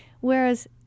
Whereas